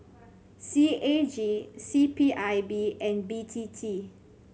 C A G C P I B and B T T